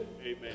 Amen